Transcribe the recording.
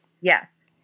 Yes